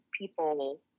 people